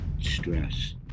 stress